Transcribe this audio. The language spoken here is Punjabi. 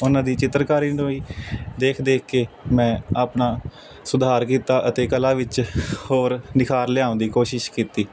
ਉਹਨਾਂ ਦੀ ਚਿੱਤਰਕਾਰੀ ਨੂੰ ਹੀ ਦੇਖ ਦੇਖ ਕੇ ਮੈਂ ਆਪਣਾ ਸੁਧਾਰ ਕੀਤਾ ਅਤੇ ਕਲਾ ਵਿੱਚ ਹੋਰ ਨਿਖਾਰ ਲਿਆਉਣ ਦੀ ਕੋਸ਼ਿਸ਼ ਕੀਤੀ